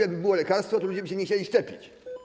Jakby było lekarstwo, to ludzie by się nie chcieli szczepić.